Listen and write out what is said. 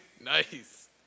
Nice